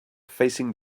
facing